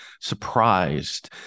surprised